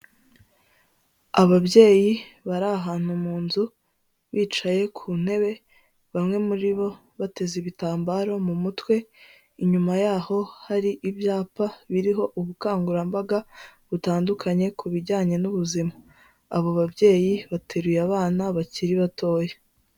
Ababyeyi bari ahantu mu nzu bicaye ku ntebe, bamwe muri bo bateze ibitambaro mu mutwe, inyuma yaho hari ibyapa biriho ubukangurambaga butandukanye ku bijyanye n'ubuzima. Abo babyeyi bateruye abana bakiri batoya.